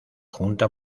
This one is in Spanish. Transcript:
junta